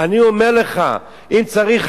אני אומר לך, אם צריך